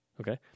Okay